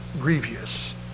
grievous